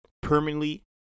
permanently